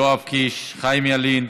יואב קיש, חיים ילין.